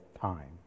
time